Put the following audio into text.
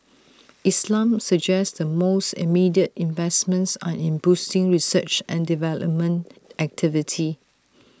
islam suggests the most immediate investments are in boosting research and development activity